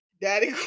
Daddy